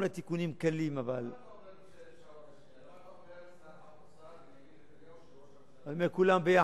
כולם יחד, אדוני.